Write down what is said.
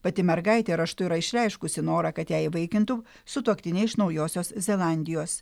pati mergaitė raštu yra išreiškusi norą kad ją įvaikintų sutuoktiniai iš naujosios zelandijos